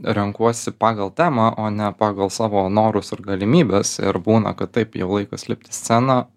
renkuosi pagal temą o ne pagal savo norus ir galimybes ir būna kad taip jau laikas lipt į sceną